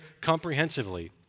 comprehensively